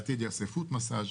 בעתיד יעשה foot massage.